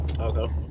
Okay